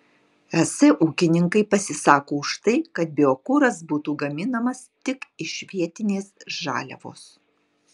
es ūkininkai pasisako už tai kad biokuras būtų gaminamas tik iš vietinės žaliavos